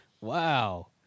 Wow